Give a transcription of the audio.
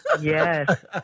Yes